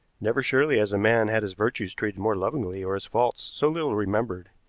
never surely has a man had his virtues treated more lovingly or his faults so little remembered.